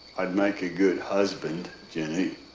i'd make a good husband, jenny.